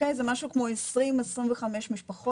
זה משהו כמו 20 25 משפחות.